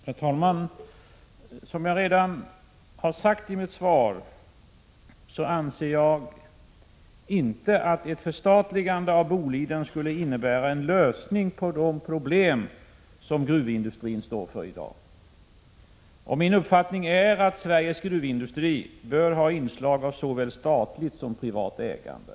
Prot. 1986/87:22 Herr talman! Som jag redan har sagt i mitt svar anser jag inte att ett 10 november 1986 förstatligande av Boliden skulle innebära en lösning på de problem som o : nå E ES SS i ST =:: m gruvindustrin i gruvindustrin står inför i dag. Min uppfattning är att Sveriges gruvindustri Nörrbötten ock Väster. bör ha inslag av såväl statligt som privat ägande.